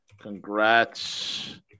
Congrats